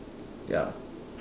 ya